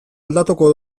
aldatuko